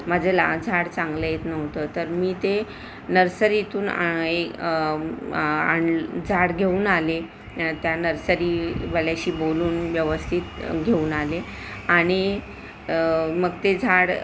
माझं लहान झाड चांगलं येत नव्हतं तर मी ते नर्सरीतून आणि ए आणलं झाड घेऊन आले त्या नर्सरीवाल्याशी बोलून व्यवस्थित घेऊन आले आणि मग ते झाड